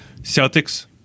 Celtics